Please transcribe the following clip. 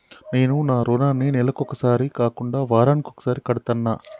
నేను నా రుణాన్ని నెలకొకసారి కాకుండా వారానికోసారి కడ్తన్నా